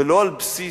ולא על בסיס,